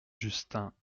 justin